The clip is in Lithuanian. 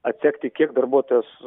atsekti kiek darbuotojas